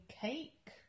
cake